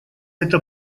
эта